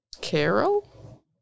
Carol